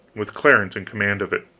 with clarence in command of it.